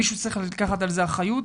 מישהו צריך לקחת על זה אחריו,